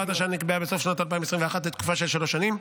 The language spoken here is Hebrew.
הוראת השעה נקבעה בסוף שנת 2021 לתקופה של שלוש שנים,